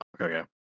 okay